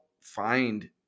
find